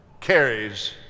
carries